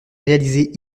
réalisée